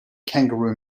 kangaroo